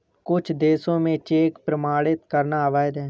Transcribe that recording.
कुछ देशों में चेक प्रमाणित करना अवैध है